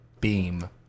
beam